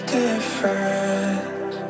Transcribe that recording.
different